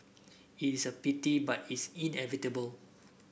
it is a pity but it's inevitable